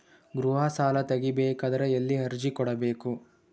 ಗೃಹ ಸಾಲಾ ತಗಿ ಬೇಕಾದರ ಎಲ್ಲಿ ಅರ್ಜಿ ಕೊಡಬೇಕು?